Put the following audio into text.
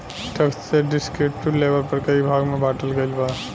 tax के descriptive label पर कई भाग में बॉटल गईल बा